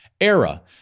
era